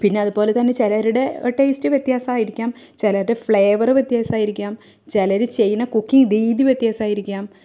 പിന്നെ അതുപോലെത്തന്നെ ചിലരുടെ ടെസ്റ്റ് വ്യത്യാസമായിരിക്കാം ചിലരുടെ ഫ്ലേവര് വ്യത്യാസമായിരിക്കാം ചിലർ ചെയ്യുന്ന കുക്കിംഗ് രീതി വ്യത്യാസമായിരിക്കാം